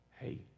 hey